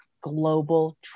global